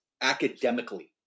academically